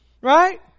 Right